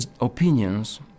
opinions